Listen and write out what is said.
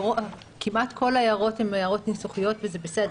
כמעט כל ההערות הן הערות ניסוחיות, וזה בסדר.